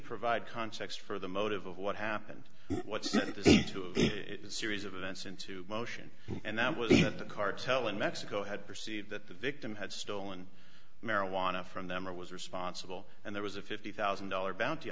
provide context for the motive of what happened to a series of events into motion and that was the cartel in mexico had perceived that the victim had stolen marijuana from them or was responsible and there was a fifty thousand dollars bounty